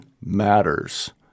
matters